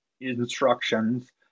instructions